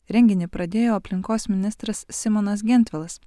renginį pradėjo aplinkos ministras simonas gentvilas